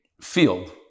field